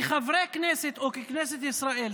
כחברי כנסת או ככנסת ישראל,